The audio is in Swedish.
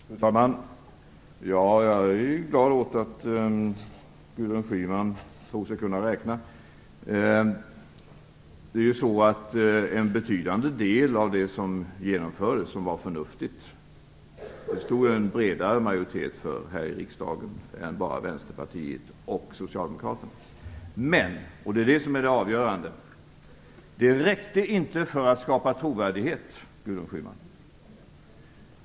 Fru talman! Jag är glad åt att Gudrun Schyman anser sig kunna räkna. En betydande del av det som genomfördes, det som var förnuftigt, stod en bredare majoritet för här i riksdagen än bara Vänsterpartiet och Socialdemokraterna. Men - och det är det som är det avgörande - det räckte inte för att skapa trovärdighet, Gudrun Schyman.